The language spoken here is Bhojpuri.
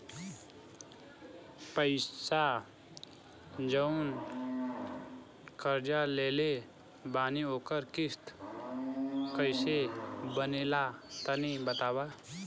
पैसा जऊन कर्जा लेले बानी ओकर किश्त कइसे बनेला तनी बताव?